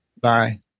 Bye